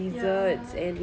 ya